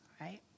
right